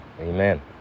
Amen